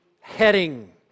heading